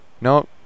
No